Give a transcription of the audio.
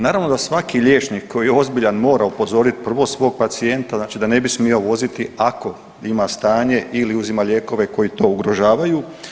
Naravno da svaki liječnik koji je ozbiljan mora upozoriti prvo svog pacijenta da ne bi smio voziti ako ima stanje ili uzima lijekove koji to ugrožavaju.